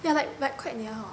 ya like but like quite hor